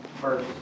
first